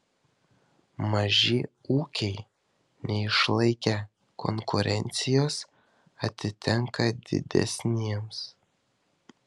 maži ūkiai neišlaikę konkurencijos atitenka didesniems